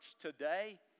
today